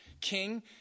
king